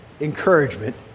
encouragement